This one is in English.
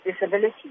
disability